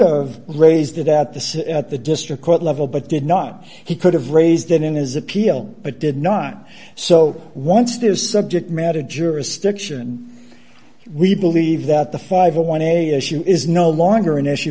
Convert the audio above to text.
of raised it at the at the district court level but did not he could have raised it in his appeal but did not so once it is subject matter jurisdiction we believe that the fifty one a issue is no longer an issue